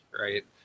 Right